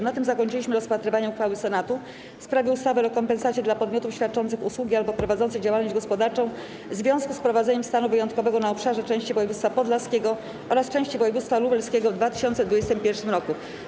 Na tym zakończyliśmy rozpatrywanie uchwały Senatu w sprawie ustawy o rekompensacie dla podmiotów świadczących usługi albo prowadzących działalność gospodarczą w związku z wprowadzeniem stanu wyjątkowego na obszarze części województwa podlaskiego oraz części województwa lubelskiego w 2021 r.